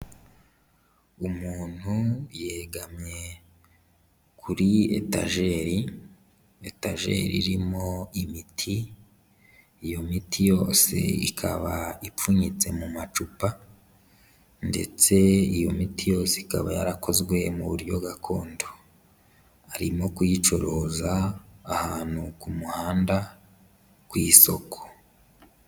Umuntu yegamye kuri etajeri, etajeri irimo imiti, iyo miti yose ikaba ipfunyitse mu macupa ndetse iyo miti yose ikaba yarakozwe mu buryo gakondo, arimo kuyicuruza ahantu ku muhanda ku isoko.